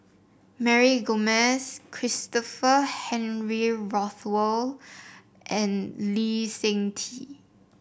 Mary Gomes Christopher Henry Rothwell and Lee Seng Tee